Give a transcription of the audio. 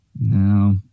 No